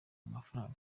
amafaranga